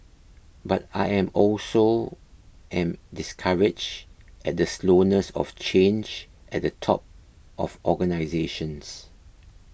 but I am also discourage at the slowness of change at the top of organisations